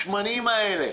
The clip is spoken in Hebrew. השמָנים האלה.